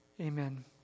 amen